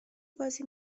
بازی